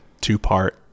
two-part